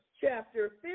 chapter